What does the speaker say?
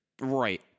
Right